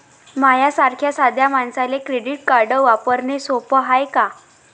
माह्या सारख्या साध्या मानसाले क्रेडिट कार्ड वापरने सोपं हाय का?